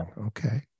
Okay